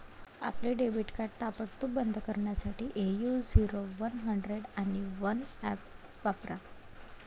आपले debit card ताबडतोब बंद करण्यासाठी ए.यू झिरो वन हंड्रेड आणि वन ऍप वापरा